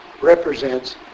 represents